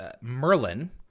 Merlin